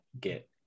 get